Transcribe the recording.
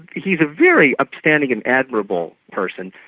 he's a very upstanding and admirable person,